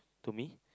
to me